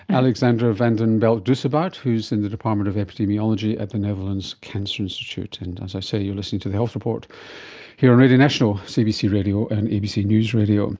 alexandra van den belt-dusebout who is in the department of epidemiology at the netherlands cancer institute. and as i say, you're listening to the health report here on radio national, cbc radio and abc news radio